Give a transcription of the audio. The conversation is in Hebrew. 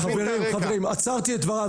חברים, עצרתי את דבריו.